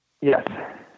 Yes